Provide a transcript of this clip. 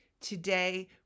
Today